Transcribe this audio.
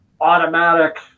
automatic